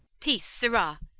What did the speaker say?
peace, sirrah!